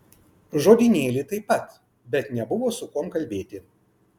žodynėlį taip pat bet nebuvo su kuom kalbėti